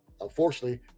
unfortunately